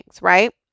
right